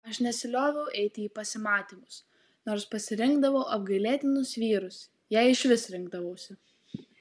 aš nesilioviau eiti į pasimatymus nors pasirinkdavau apgailėtinus vyrus jei išvis rinkdavausi